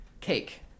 Cake